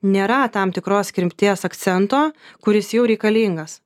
nėra tam tikros krypties akcento kuris jau reikalingas